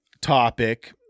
topic